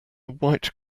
white